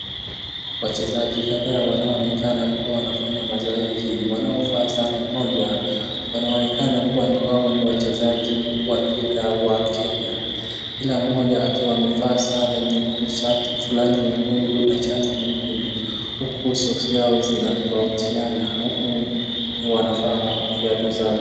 wachezaji kadhaa wanaoonekana kuwa wanafanya mazoezi wanaovaa sare moja wanaonekana kuwa ni wao ni wachezaji wa mpira wa kenya kila mmoja akiwa amevaa sare nyekundu shati flani nyekundu na shati huku soksi yao zinatafuatiana huku wanavaa viatu